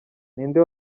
ninde